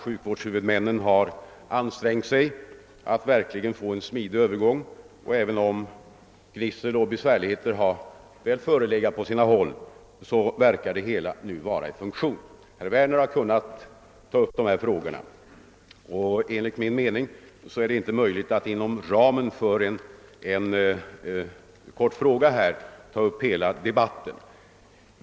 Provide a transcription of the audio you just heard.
Sjukvårdshuvudmännen har ansträngt sig för att åstadkomma en smidig övergång, och även om det på sina håll förekommit en del gnissel och besvärligheter, så verkar det hela nu vara i god funktion. Herr Werner har haft möjligheter att tidigare ta upp den sak det här gäller: Enligt min mening är det inte möjligt att inom ramen för en enkel fråga alltför mycket vidga debatten.